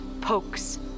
Pokes